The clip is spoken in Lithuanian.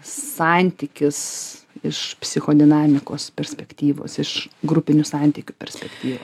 santykis iš psichodinamikos perspektyvos iš grupinių santykių perspektyvos